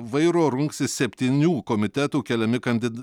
vairo rungsis septynių komitetų keliami kandid